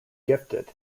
gifted